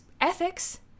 ethics